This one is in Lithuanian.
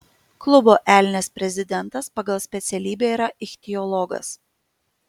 klubo elnias prezidentas pagal specialybę yra ichtiologas